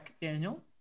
Daniel